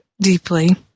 deeply